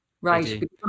right